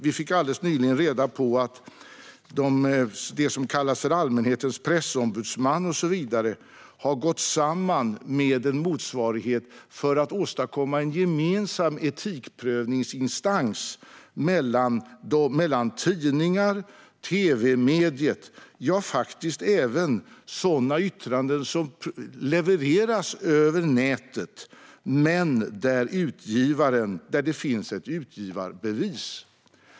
Vi fick alldeles nyligen reda på att det som kallas för Allmänhetens Pressombudsman har gått samman med en motsvarighet för att åstadkomma en gemensam etikprövningsinstans för tidningar, tv-mediet och faktiskt även sådana yttranden som levereras över nätet men där det finns ett utgivarbevis.